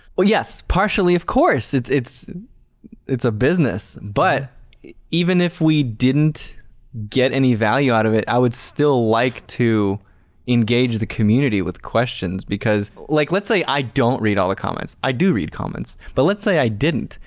oh yes, partially of course. it's it's a business but even if we didn't get any value out of it, i would still like to engage the community with questions because like let's say i don't read all the comments, i do read comments, but let's say i didn't,